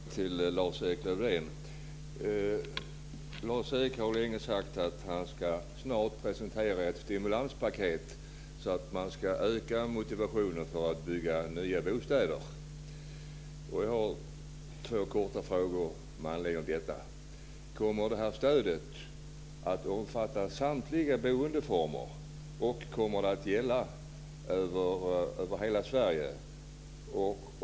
Herr talman! Jag har en fråga till Lars-Erik Lövdén. Lars-Erik Lövdén har länge sagt att han snart ska presentera ett stimulanspaket för att öka motivationen för att bygga nya bostäder. Med anledning av detta har jag två korta frågor. Kommer stödet att omfatta samtliga boendeformer? Och kommer det att gälla över hela Sverige?